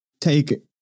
take